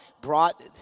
brought